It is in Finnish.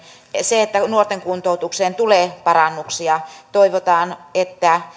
se että nuorten kuntoutukseen tulee parannuksia toivotaan että